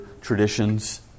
traditions